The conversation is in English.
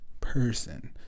person